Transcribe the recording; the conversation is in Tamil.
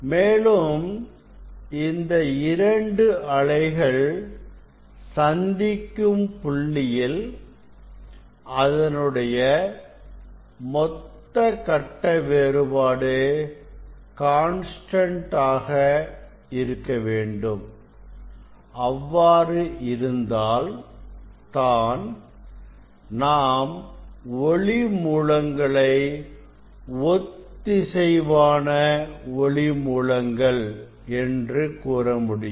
மேலும் இந்த இரண்டு அலைகள் சந்திக்கும் புள்ளியில் அதனுடைய மொத்த கட்ட வேறுபாடு கான்ஸ்டன்ட் ஆக இருக்க வேண்டும் அவ்வாறு இருந்தால்தான் நாம் ஒளி மூலங்களை ஒத்திசைவான ஒளி மூலங்கள் என்று கூறமுடியும்